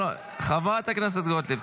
חברת הכנסת גוטליב,